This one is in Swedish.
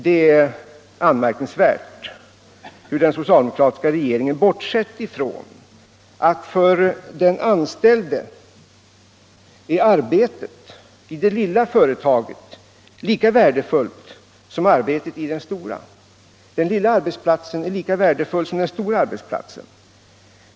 Det är anmärkningsvärt hur den socialdemokratiska regeringen bortsett ifrån att för den anställde är arbetet i det lilla företaget lika värdefullt som arbetet i det stora — den lilla arbetsplatsen är lika värdefull som den stora.